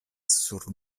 sur